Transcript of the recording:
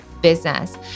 business